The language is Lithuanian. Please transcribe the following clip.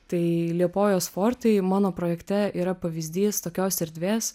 tai liepojos fortai mano projekte yra pavyzdys tokios erdvės